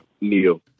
Neil